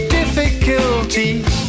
difficulties